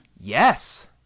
Yes